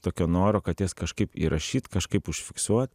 tokio noro kad jas kažkaip įrašyt kažkaip užfiksuot